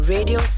Radio